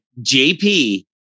JP